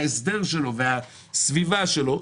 ההסדר שלו והסביבה שלו,